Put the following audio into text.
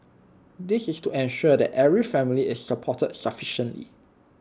this is to ensure that every family is supported sufficiently